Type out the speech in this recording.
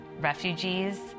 refugees